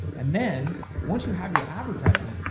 and then once you have your advertisement,